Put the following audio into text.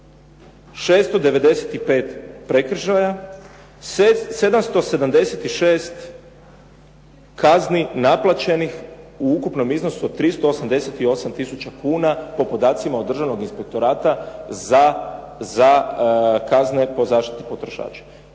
695 prekršaja 776 kazni naplaćenih u ukupnom iznosu od 388 tisuća kuna po podacima od Državnog inspektorata za kazne po zaštiti potrošača.